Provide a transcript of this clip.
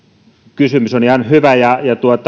kysymys on ihan hyvä ja